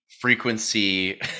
frequency